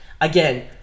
Again